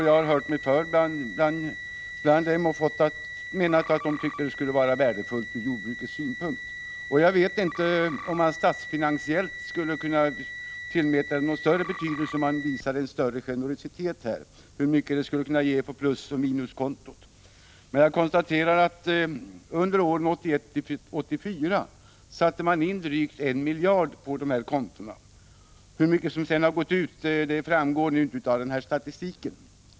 Jag har hört mig för hos dessa och funnit att de menar att det skulle vara värdefullt ur jordbrukets synpunkt att få ett svar i nämnda riktning. Jag vet inte om frågan statsfinansiellt skulle kunna tillmätas större betydelse om man visade en större generositet. Inte heller vet jag hur mycket det skulle påverka plusoch minuskontona. Jag konstaterar att man under åren 1981-1984 satte in drygt 1 miljard på de aktuella kontona. Hur mycket som sedan tagits ut framgår inte av statistiken.